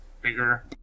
bigger